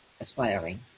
aspiring